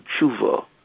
tshuva